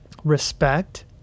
respect